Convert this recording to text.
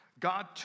God